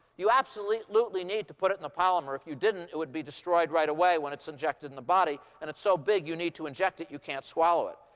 you absolutely absolutely need to put it in the polymer. if you didn't, it would be destroyed right away when it's injected in the body. and it's so big, you need to inject it. you can't swallow it.